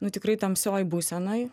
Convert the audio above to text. nu tikrai tamsioj būsenoj